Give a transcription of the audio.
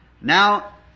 Now